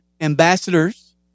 ambassadors